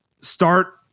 start